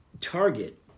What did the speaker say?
target